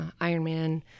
Ironman